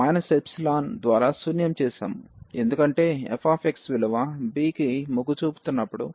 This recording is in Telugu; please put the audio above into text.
కాబట్టి ఇప్పుడు b ε ద్వారా శూన్యం చేసాము ఎందుకంటే f విలువ b కి మొగ్గు చూపుతున్నప్పుడు f అనంతానికి మొగ్గు చూపుతుంది